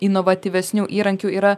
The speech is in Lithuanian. inovatyvesnių įrankių yra